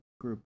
group